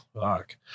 Fuck